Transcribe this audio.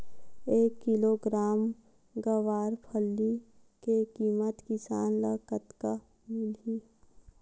एक किलोग्राम गवारफली के किमत किसान ल कतका मिलही?